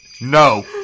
No